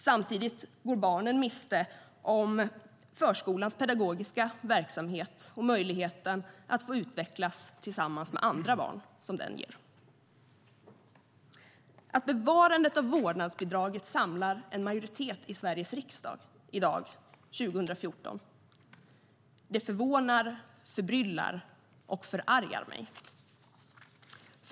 Samtidigt går barnen miste om förskolans pedagogiska verksamhet och möjligheten att utvecklas tillsammans med andra barn som den ger. Att bevarandet av vårdnadsbidraget samlar en majoritet i riksdagen förvånar, förbryllar och förargar mig.